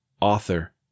author